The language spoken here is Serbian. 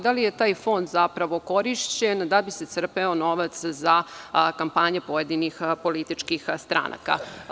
Da li je taj fond zapravo korišćen da bi se crpeo novac za kampanje pojedinih političkih stranaka?